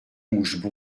mouche